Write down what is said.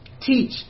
teach